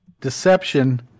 deception